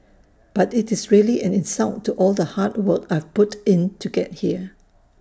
but IT is really an insult to all the hard work I've put in to get here